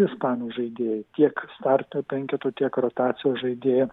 ispanų žaidėjai tiek starto penketu tiek rotacijos žaidėjų